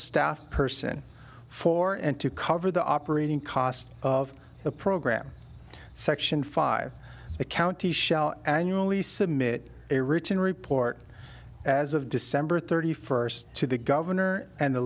staff person for and to cover the operating costs of the program section five the county shall annually submit a written report as of december thirty first to the governor and the